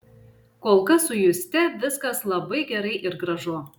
kol kas su juste viskas labai gerai ir gražu